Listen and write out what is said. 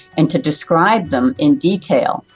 and to describe them in detail.